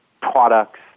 products